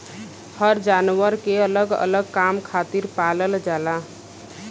हर जानवर के अलग अलग काम खातिर पालल जाला